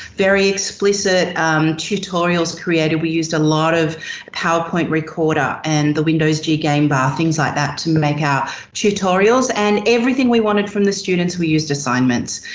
very explicit tutorials created, we used a lot of powerpoint recorder and the windows g game bar, things like that, to make our tutorials. and everything we wanted from the students, we used assignments.